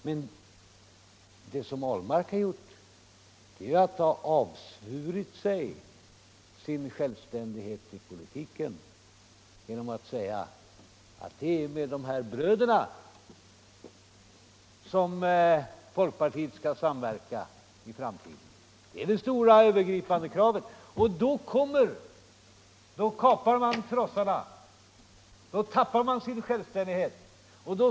Vad herr Ahlmark däremot gjort är att han avsvurit sig sin självständighet i politiken genom att säga, att det är med de andra borgerliga bröderna som folkpartiet skall samverka i framtiden. Om det är det stora övergripande kravet, då kapar man trossarna och tappar sin självständighet.